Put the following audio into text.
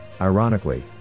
ironically